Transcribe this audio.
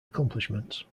accomplishments